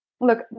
Look